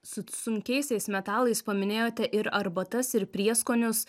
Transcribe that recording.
su sunkiaisiais metalais paminėjote ir arbatas ir prieskonius